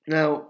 Now